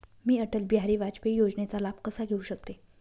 मी अटल बिहारी वाजपेयी योजनेचा लाभ कसा घेऊ शकते?